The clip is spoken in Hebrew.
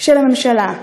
של הממשלה,